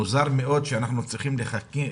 מוזר מאוד שאנחנו צריכים